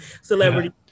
celebrity